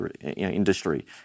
industry